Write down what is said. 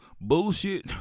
bullshit